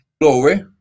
glory